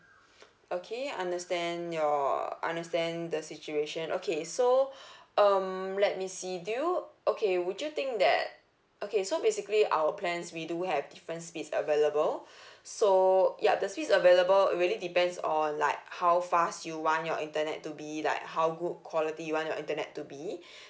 okay understand your understand the situation okay so um let me see do you okay would you think that okay so basically our plans we do have different speed available so yup the speeds available really depends on like how fast you want your internet to be like how good quality you want your internet to be